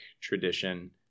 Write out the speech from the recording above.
tradition